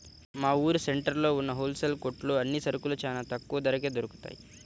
మా ఊరు సెంటర్లో ఉన్న హోల్ సేల్ కొట్లో అన్ని సరుకులూ చానా తక్కువ ధరకే దొరుకుతయ్